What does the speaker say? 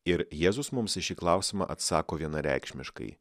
ir jėzus mums į šį klausimą atsako vienareikšmiškai